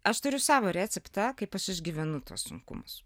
aš turiu savo receptą kaip aš išgyvenu sunkumus